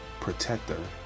protector